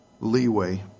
leeway